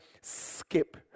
skip